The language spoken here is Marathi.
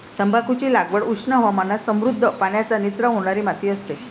तंबाखूची लागवड उष्ण हवामानात समृद्ध, पाण्याचा निचरा होणारी माती असते